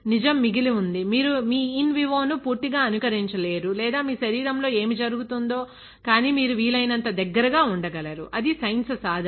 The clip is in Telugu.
నిజం మిగిలి ఉంది మీరు మీ ఇన్ వివో ను పూర్తిగా అనుకరించలేరు లేదా మీ శరీరంలో ఏమి జరుగుతుందో కానీ మీరు వీలైనంత దగ్గరగా ఉండగలరు అది సైన్స్ సాధన